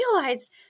realized